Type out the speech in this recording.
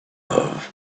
love